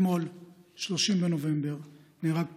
40 סמוך לקריית גת,